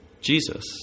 Jesus